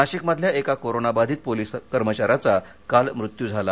नाशिकमधल्या एका कोरोना बाधित पोलिस कर्मचाऱ्याचा काल मृत्यू झाला